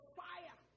fire